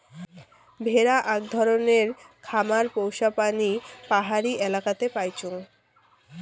ভেড়া আক ধরণের খামার পোষ্য প্রাণী পাহাড়ি এলাকাতে পাইচুঙ